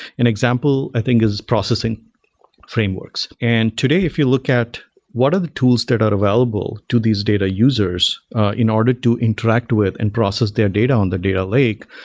an example i think is processing frameworks. and today, if you look at what are the tools that are available to these data users in order to interact with and process their data on the data lake,